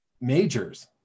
majors